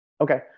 Okay